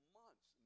months